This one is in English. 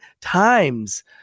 times